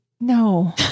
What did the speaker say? No